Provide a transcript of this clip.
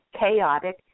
chaotic